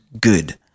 good